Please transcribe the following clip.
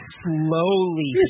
slowly